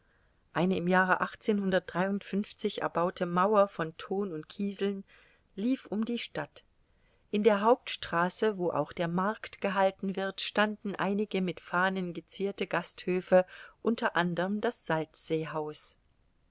eine im jahre erbaute mauer von thon und kieseln lief um die stadt in der hauptstraße wo auch der markt gehalten wird standen einige mit fahnen gezierte gasthöfe unter anderm das